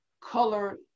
color